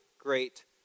great